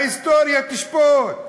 ההיסטוריה תשפוט,